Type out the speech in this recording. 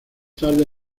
tarde